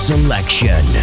Selection